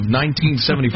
1975